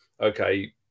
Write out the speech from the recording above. okay